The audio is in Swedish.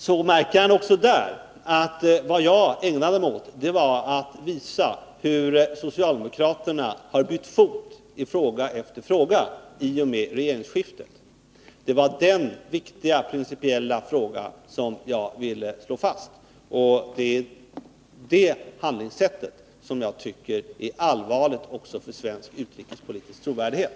Han skulle i så fall märka att det som jag ägnade mig åt var att visa hur socialdemokraterna har bytt fot i fråga efter fråga i och med regeringsskiftet. Det var den viktiga principiella iakttagelsen som jag ville slå fast. Jag tycker att detta handlingssätt är allvarligt också för svensk utrikespolitisk trovärdighet.